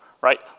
right